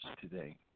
today